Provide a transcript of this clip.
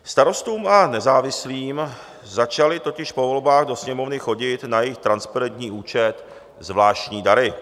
Starostům a nezávislým začaly totiž po volbách do Sněmovny chodit na jejich transparentní účet zvláštní dary.